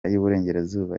y’uburengerazuba